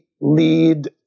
lead